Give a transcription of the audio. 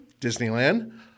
Disneyland